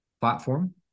platform